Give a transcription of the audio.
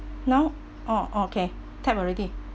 now oh okay type already